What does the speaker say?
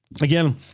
Again